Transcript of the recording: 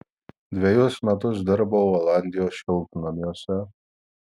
dvejus metus dirbau olandijos šiltnamiuose